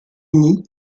uni